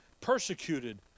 Persecuted